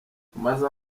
twamaze